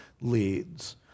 leads